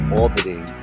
orbiting